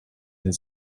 his